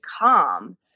calm